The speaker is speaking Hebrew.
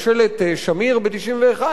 לפחות דבר אחד צריך היה להגיד,